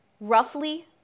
roughly